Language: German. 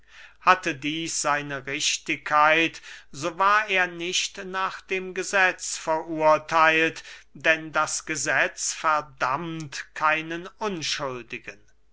hatte dieß seine richtigkeit so war er nicht nach dem gesetz verurtheilt denn das gesetz verdammt keinen unschuldigen